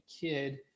kid